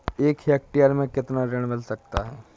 एक हेक्टेयर में कितना ऋण मिल सकता है?